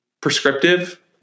prescriptive